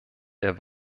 der